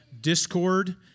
discord